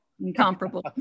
Incomparable